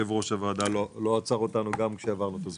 יושב ראש הוועדה לא עצר אותנו גם כשעברנו את הזמן.